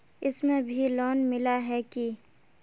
इसमें भी लोन मिला है की